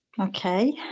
Okay